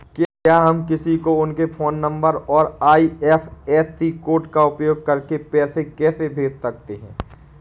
क्या हम किसी को उनके फोन नंबर और आई.एफ.एस.सी कोड का उपयोग करके पैसे कैसे भेज सकते हैं?